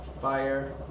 fire